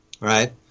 right